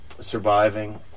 surviving